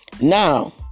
Now